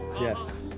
Yes